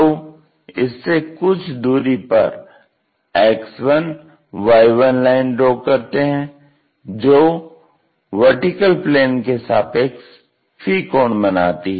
तो इससे कुछ दूरी पर X1 Y1 लाइन ड्रा करते हैं जो VP के सापेक्ष फी कोण बनाती है